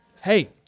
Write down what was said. hey